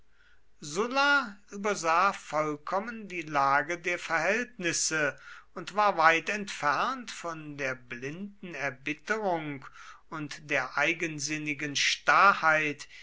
sulla übersah vollkommen die lage der verhältnisse und war weit entfernt von der blinden erbitterung und der eigensinnigen starrheit